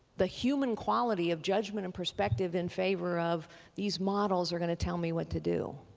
the human quality of judgment and perspective in favor of these models are going to tell me what to do.